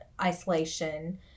isolation